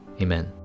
Amen